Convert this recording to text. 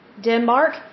Denmark